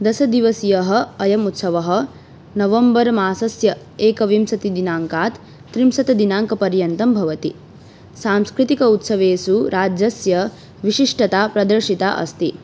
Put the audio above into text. दशदिवसीयः अयम् उत्सवः नवम्बर् मासस्य एकविंशतिदिनाङ्कात् त्रिंसत्दिनाङ्कपर्यन्तं भवति सांस्कृतिकोत्सवेषु राज्यस्य विशिष्टता प्रदर्शिता अस्ति